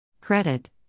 Credit